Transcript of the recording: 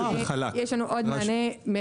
יש לנו עוד מענה.